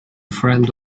friend